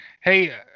Hey